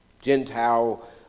Gentile